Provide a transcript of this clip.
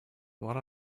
what